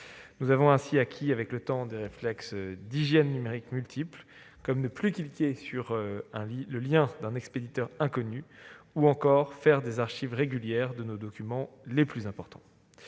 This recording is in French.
Nous avons acquis avec le temps des réflexes d'hygiène numérique multiples, comme ne plus cliquer sur un lien envoyé par un expéditeur inconnu, ou encore faire des archives régulières de nos documents les plus importants.